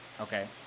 Okay